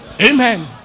amen